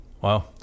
Wow